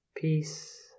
Peace